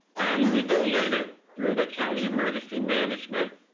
and we donate it through the county emergency management,